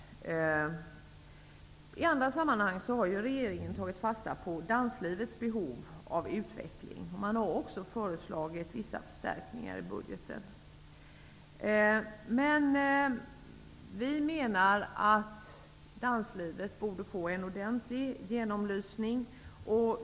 I andra sammanhang har regeringen tagit fasta på danslivets behov av utveckling och också föreslagit vissa förstärkningar i budgeten. Men vi menar att danslivet borde få en ordentlig genomlysning.